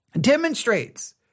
demonstrates